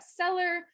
bestseller